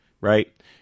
right